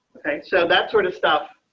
so that sort of stuff.